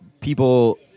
people